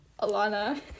Alana